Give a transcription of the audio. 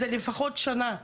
זה לפחות שנה.